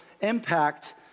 impact